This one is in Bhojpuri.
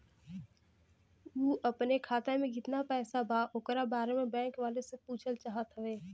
उ अपने खाते में कितना पैसा बा ओकरा बारे में बैंक वालें से पुछल चाहत हवे?